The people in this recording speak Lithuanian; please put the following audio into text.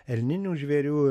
elninių žvėrių